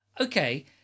Okay